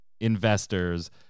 investors